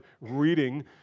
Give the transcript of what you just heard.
reading